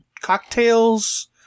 cocktails